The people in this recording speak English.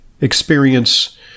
experience